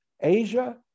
Asia